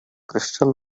crystal